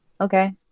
okay